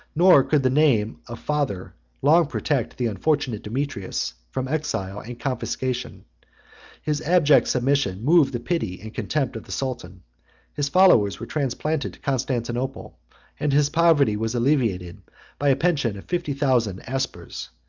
nor could the name of father long protect the unfortunate demetrius from exile and confiscation his abject submission moved the pity and contempt of the sultan his followers were transplanted to constantinople and his poverty was alleviated by a pension of fifty thousand aspers,